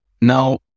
Now